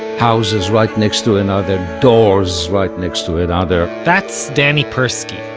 houses right next to another, doors right next to another that's danny persky,